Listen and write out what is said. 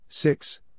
Six